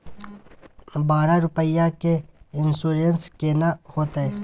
बारह रुपिया के इन्सुरेंस केना होतै?